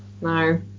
No